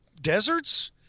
deserts